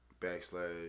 backslash